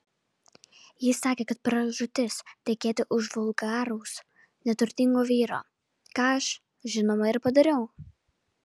ji sakė kad pražūtis tekėti už vulgaraus neturtingo vyro ką aš žinoma ir padariau